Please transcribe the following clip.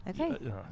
Okay